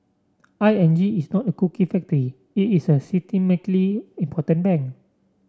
I N G is not a cookie factory it is a systemically important bank